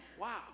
Wow